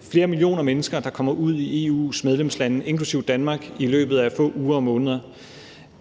flere millioner mennesker, der kommer ud i EU's medlemslande, inklusive Danmark, i løbet af få uger og måneder.